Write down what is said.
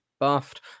buffed